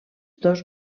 dos